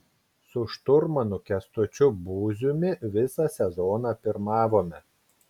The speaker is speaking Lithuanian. su šturmanu kęstučiu būziumi visą sezoną pirmavome